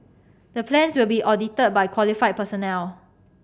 the plans will be audited by qualified personnel